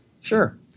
Sure